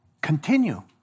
Continue